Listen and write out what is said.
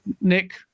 Nick